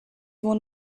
one